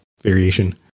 variation